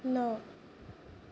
ন